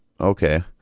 okay